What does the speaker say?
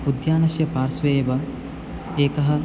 उद्यानस्य पार्श्वे एव एकः